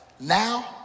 now